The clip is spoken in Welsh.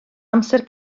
amser